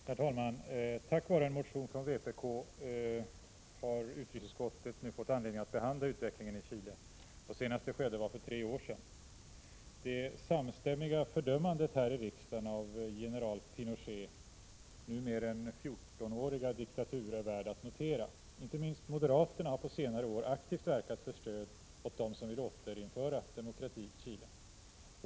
Herr talman! Tack vare en motion från vpk har utrikesutskottet nu fått anledning att behandla utvecklingen i Chile. Senast det skedde var för tre år sedan. Det samstämmiga fördömandet här i riksdagen av general Pinochets nu mer än 14-åriga diktatur är värt att notera. Inte minst moderaterna har på senare år aktivt verkat för stöd åt dem som vill återinföra demokrati i Chile.